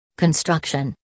Construction